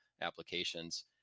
applications